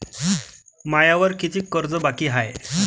मायावर कितीक कर्ज बाकी हाय?